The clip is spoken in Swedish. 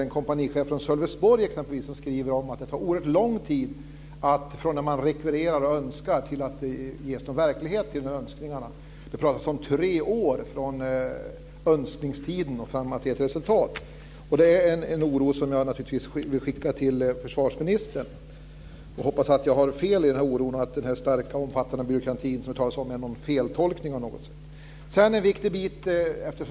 En kompanichef från Sölvesborg skriver att det tar oerhört lång tid från det att man önskar och rekvirerar och tills det blir verklighet. Det talas om att det kan gå tre år från önskningen fram till dess att det blir resultat. Det är en oro som jag naturligtvis vill skicka till försvarsministern. Jag hoppas att jag har fel i den oron och att den starka och omfattande byråkrati som det talas om är en feltolkning av något slag.